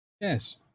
Yes